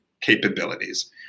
capabilities